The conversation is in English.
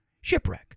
shipwreck